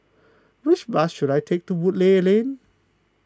which bus should I take to Woodleigh Lane